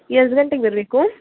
ಎಸ್ಟ್ ಗಂಟೆಗೆ ಬರಬೇಕು